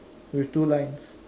with two lines